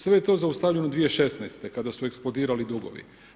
Sve je to zaustavljeno 2016., kada su eksplodirali dugovi.